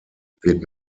wird